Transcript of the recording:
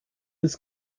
ist